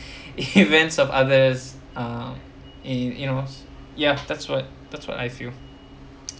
events of others uh it it was ya that's what that's what I feel